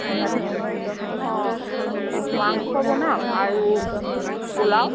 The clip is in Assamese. ভাবিছোঁ অঁ মাংস বনাম আৰু পোলাও